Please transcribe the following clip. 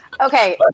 Okay